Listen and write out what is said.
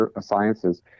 sciences